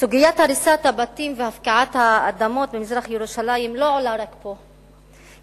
סוגיית הריסת הבתים והפקעת האדמות במזרח-ירושלים לא עולה רק פה,